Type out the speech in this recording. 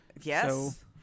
Yes